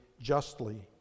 justly